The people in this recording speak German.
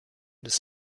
des